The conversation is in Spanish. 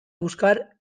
buscar